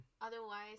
Otherwise